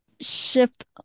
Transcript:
shift